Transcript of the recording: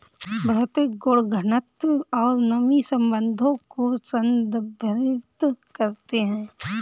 भौतिक गुण घनत्व और नमी संबंधों को संदर्भित करते हैं